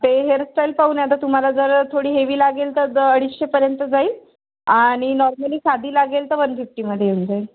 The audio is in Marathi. ते हेअरस्टाईल पाहून आता तुम्हाला जर थोडी हेवी लागेल तर द अडीचशेपर्यंत जाईल आणि नॉर्मली साधी लागेल तर वन फिफ्टीमध्ये येऊन जाईल